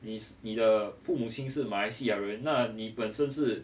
你你的父母亲是马来西亚人那你本身是